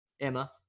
Emma